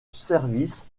service